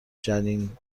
جنین